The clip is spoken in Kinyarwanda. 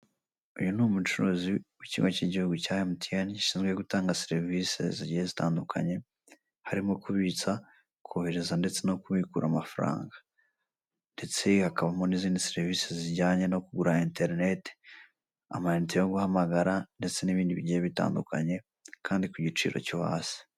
Uyu ni umucuruzi w'ikigo cy'Igihugu cya MTN, gishinzwe gutanga serivisi zigiye zitandukanye, harimo kubitsa, kohereza ndetse no kubikura amafaranga ndetse hakaba n'izindi serivisi zijyanye no kugura interinete, amayinite yo guhamagara ndetse n'ibindi bigiye bitandukanye kandi ku giciro cyo hasi.